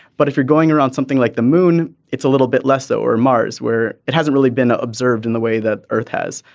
but if you're going around something like the moon it's a little bit less that or mars where it hasn't really been observed in the way that earth has.